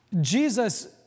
Jesus